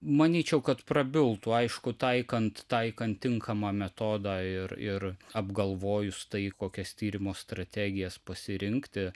manyčiau kad prabiltų aišku taikant taikant tinkamą metodą ir ir apgalvojus tai kokias tyrimo strategijas pasirinkti